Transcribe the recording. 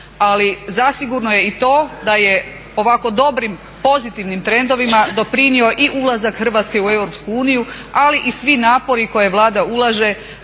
ali zasigurno je i to da je ovako dobrim pozitivnim trendovima doprinio i ulazak Hrvatske u EU, ali i svi napori koje Vlada ulaže